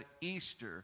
Easter